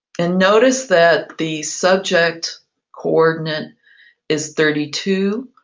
and notice that the subject coordinate is thirty two.